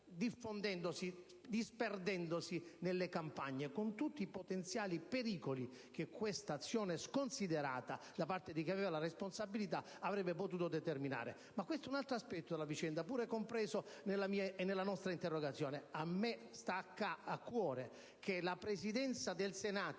andate via disperdendosi nelle campagne, con tutti i potenziali pericoli che quest'azione sconsiderata da parte di chi aveva la responsabilità avrebbe potuto determinare. Ma questo è un altro aspetto della vicenda, pure compreso nella nostra interrogazione. A me sta a cuore che la Presidenza del Senato